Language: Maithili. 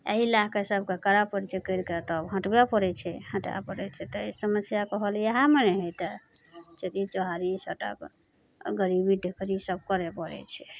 अहि लए कऽ सभके करय पड़य छै करिकऽ तब हटबय पड़य छै हटय पड़य छै तऽ अइ सभमे सएह कहलियै हमहीं तऽ चोरी चोहारी सभटा कऽ गरीबी तऽ गरीब सभ करय पड़य छै